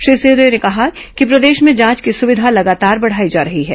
श्री सिंहदेव ने कहा कि प्रदेश में जांच की सुविधा लगातार बढ़ायी जा रही है